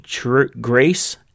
grace